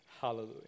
Hallelujah